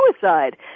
suicide